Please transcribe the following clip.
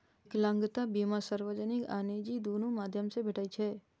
विकलांगता बीमा सार्वजनिक आ निजी, दुनू माध्यम सं भेटै छै